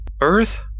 Earth